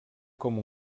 com